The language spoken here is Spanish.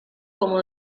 como